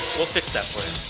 we'll fix that